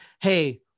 Hey